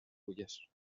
fulles